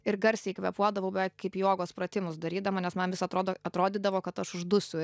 ir garsiai kvėpuodavau beveik kaip jogos pratimus darydama nes man vis atrodo atrodydavo kad aš uždusiu